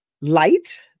light